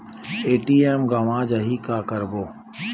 ATM गवां जाहि का करबो?